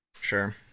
Sure